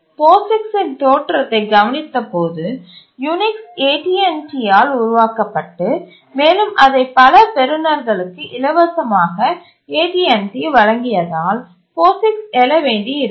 POSIX இன் தோற்றத்தை கவனித்தபோதுயூனிக்ஸ் AT T ஆல் உருவாக்கப்பட்டு மேலும் அதை பல பெறுநர்களுக்கு இலவசமாக AT T வழங்கியதால் POSIX எழ வேண்டியிருந்தது